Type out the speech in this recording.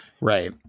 right